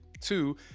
Two